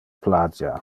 plagia